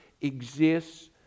exists